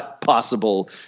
possible